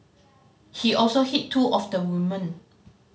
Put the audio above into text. he also hit two of the woman